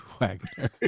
Wagner